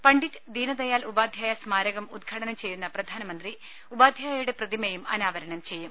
Pandit Deendayal Upadhyaya സ്മാരകം ഉദ്ഘാടനം ചെയ്യുന്ന പ്രധാനമന്ത്രി ഉപാധ്യായുടെ പ്രതിമയും അനാവരണം ചെയ്യും